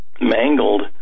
mangled